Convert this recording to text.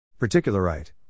Particularite